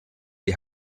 die